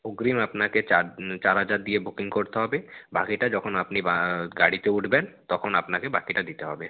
অগ্রিম আপনাকে চার চার হাজার দিয়ে বুকিং করতে হবে বাকিটা যখন আপনি গাড়িতে উঠবেন তখন আপনাকে বাকিটা দিতে হবে